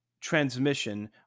transmission